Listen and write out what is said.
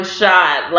shot